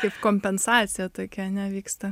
kaip kompensacija tokia ane vyksta